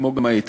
כמו גם ההתקפי,